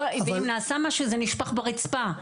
אם נעשה משהו, זה נשפך לרצפה.